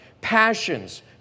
passions